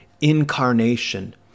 incarnation